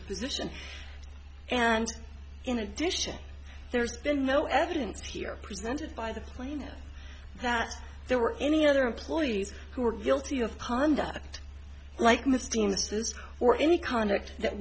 the position and in addition there's been no evidence here presented by the plaintiff that there were any other employees who were guilty of conduct like mistiness this or any conduct that